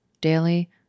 daily